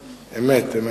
אמת.